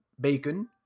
bacon